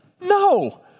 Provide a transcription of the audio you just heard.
No